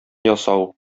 ясау